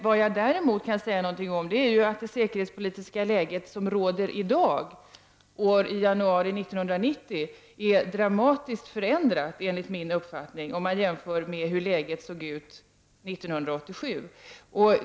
Vad jag däremot kan säga någonting om är att det säkerhetspolitiska läge som råder i dag, i januari 1990, är dramatiskt förändrat om man jämför med hur läget såg ut 1987.